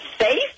safe